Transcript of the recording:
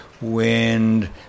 wind